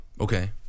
Okay